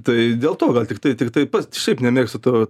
tai dėl to gal tiktai tiktai pats šiaip nemėgstu to